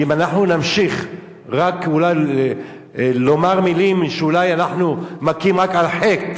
ואם אנחנו נמשיך רק אולי לומר מלים שאולי אנחנו מכים על חטא,